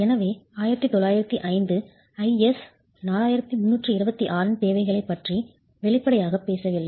எனவே 1905 IS 4326 இன் தேவைகளைப் பற்றி வெளிப்படையாகப் பேசவில்லை